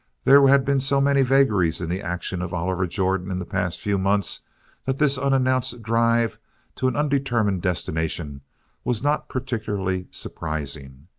there had been so many vagaries in the actions of oliver jordan in the past few months that this unannounced drive to an undetermined destination was not particularly surprising.